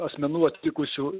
asmenų atvykusių